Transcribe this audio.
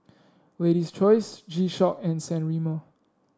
Lady's Choice G Shock and San Remo